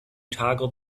toggle